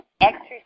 exercise